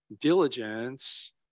diligence